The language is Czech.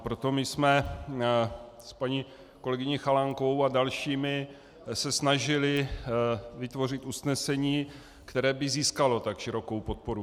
Proto jsme se s paní kolegyní Chalánkovou a dalšími snažili vytvořit usnesení, které by získalo tak širokou podporu.